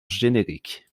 générique